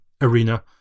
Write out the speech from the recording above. arena